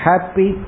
Happy